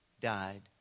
died